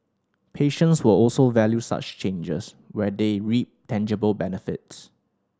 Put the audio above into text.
patients will also value such changes where they reap tangible benefits